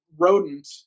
rodent